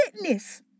witness